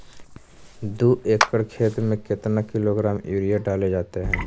दू एकड़ खेत में कितने किलोग्राम यूरिया डाले जाते हैं?